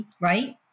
right